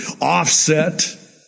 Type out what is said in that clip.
offset